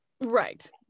Right